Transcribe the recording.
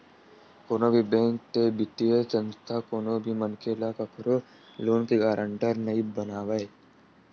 कोनो भी बेंक ते बित्तीय संस्था कोनो भी मनखे ल कखरो लोन के गारंटर नइ बनावय